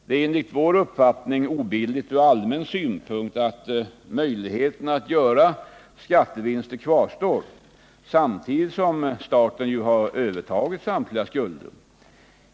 Det är enligt vår uppfattning obilligt ur allmän synpunkt att möjligheten att göra skattevinster kvarstår samtidigt som staten övertagit samtliga skulder.